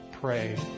pray